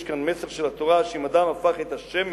יש כאן מסר של התורה, שאם אדם הפך את השמן